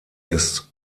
ist